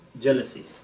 jealousy